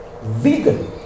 vegan